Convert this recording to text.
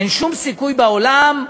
אין שום סיכוי בעולם,